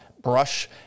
brush